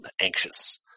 anxious